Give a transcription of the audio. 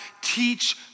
teach